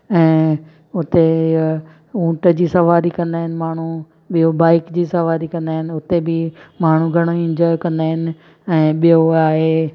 ऐं उते ऊंट जी सवारी कंदा आहिनि माण्हू ॿियो बाइक जी सवारी कंदा आहिनि उते बि माण्हू घणई इंजॉय कंदा आहिनि ऐं ॿियो आहे